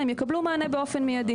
הם יקבלו מענה באופן מידי.